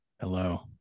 Hello